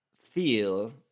feel